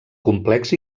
complex